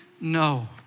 No